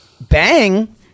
bang